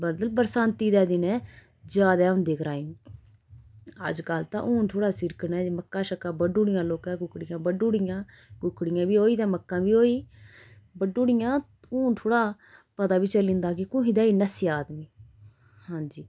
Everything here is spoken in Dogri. मतलब बरसांती दे दिनै ज्यादा होंदे क्राइम अज्जकल तां हून थोह्ड़ा सिरकने च मक्कां शक्कां बडुडियां लोकें कुकड़ियां बड्ढी ओड़ियां कुकड़ियां बी ओ ही ते मक्कां बी ओ ही बडुड़ियां हून थोह्ड़ा पता बी चली जंदा कुत्थें देई नस्सेआ आदमी हां जी